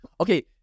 Okay